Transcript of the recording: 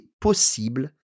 possible